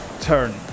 turn